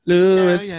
Lewis